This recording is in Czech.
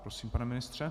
Prosím, pane ministře.